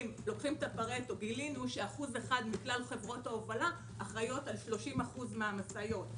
גילינו ש-1% מכלל חברות ההובלה אחראיות על 30% מהמשאיות.